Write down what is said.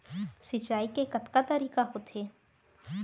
सिंचाई के कतका तरीक़ा होथे?